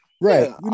Right